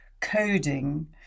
coding